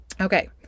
Okay